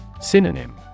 Synonym